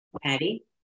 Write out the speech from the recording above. Patty